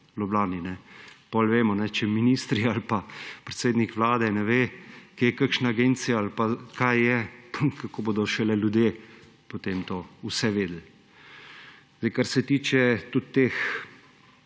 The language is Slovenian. v Ljubljani. Potem vemo, če ministri ali pa predsednik vlade ne ve, kje je kakšna agencija ali kaj je, kako bodo šele ljudje potem to vse vedeli. Kar se tiče tudi teh